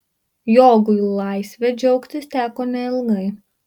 jogui laisve džiaugtis teko neilgai